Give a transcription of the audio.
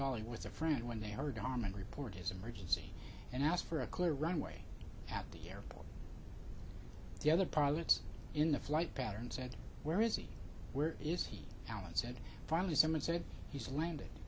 valley with a friend when they heard harmon report his emergency and asked for a clear runway at the airport the other pilots in the flight pattern said where is he where is he allan said finally someone said he's landed